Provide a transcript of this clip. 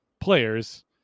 players